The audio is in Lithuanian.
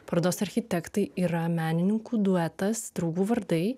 parodos architektai yra menininkų duetas draugų vardai